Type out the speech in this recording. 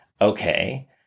Okay